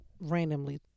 randomly